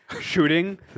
shooting